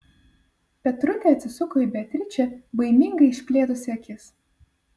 petrutė atsisuko į beatričę baimingai išplėtusi akis